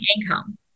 income